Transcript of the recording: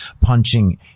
punching